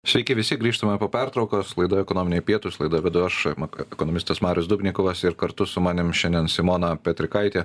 sveiki visi grįžtame po pertraukos laida ekonominiai pietus laidą vedu aš mak ekonomistas marius dubnikovas ir kartu su manim šiandien simona petrikaitė